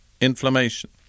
inflammation